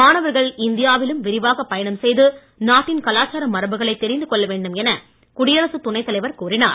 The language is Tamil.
மாணவர்கள் இந்தியாவிலும் விரிவாக பயணம் செய்து நாட்டின் கலாச்சார மரபுகளை தெரிந்து கொள்ள வேண்டும் என குடியரசு துணைத் தலைவர் கூறினார்